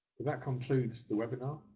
that concludes the webinar.